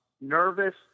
Nervous